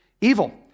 evil